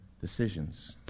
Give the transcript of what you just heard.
decisions